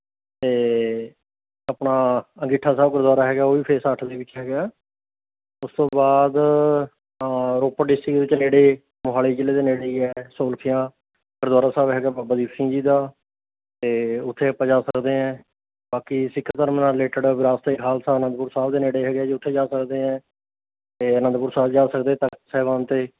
ਅਤੇ ਆਪਣਾ ਅੰਗੀਠਾ ਸਾਹਿਬ ਗੁਰਦੁਆਰਾ ਹੈਗਾ ਉਹ ਵੀ ਫੇਸ ਅੱਠ ਦੇ ਵਿੱਚ ਹੈਗਾ ਉਸ ਤੋਂ ਬਾਅਦ ਰੋਪੜ ਡਿਸਟ੍ਰਿਕਟ ਵਿੱਚ ਨੇੜੇ ਮੋਹਾਲੀ ਜ਼ਿਲ੍ਹੇ ਦੇ ਨੇੜੇ ਹੀ ਹੈ ਸੋਲਖੀਆਂ ਗੁਰਦੁਆਰਾ ਸਾਹਿਬ ਹੈਗਾ ਬਾਬਾ ਦੀਪ ਸਿੰਘ ਜੀ ਦਾ ਅਤੇ ਉੱਥੇ ਆਪਾਂ ਜਾ ਸਕਦੇ ਹਾਂ ਬਾਕੀ ਸਿੱਖ ਧਰਮ ਨਾਲ ਰਿਲੇਟਡ ਵਿਰਾਸਤ ਏ ਖਾਲਸਾ ਆਨੰਦਪੁਰ ਸਾਹਿਬ ਦੇ ਨੇੜੇ ਹੈਗੇ ਜੀ ਉੱਥੇ ਜਾ ਸਕਦੇ ਹੈ ਅਤੇ ਅਨੰਦਪੁਰ ਸਾਹਿਬ ਜਾ ਸਕਦੇ ਤਖ਼ਤ ਸਾਹਿਬਾਨ 'ਤੇ